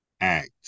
act